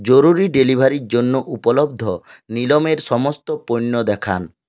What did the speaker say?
জরুরি ডেলিভারির জন্য উপলব্ধ নিলম এর সমস্ত পণ্য দেখান